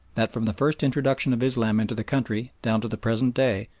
that, from the first introduction of islam into the country down to the present day,